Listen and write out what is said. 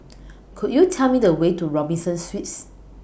Could YOU Tell Me The Way to Robinson Suites